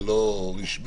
זה לא רשמי,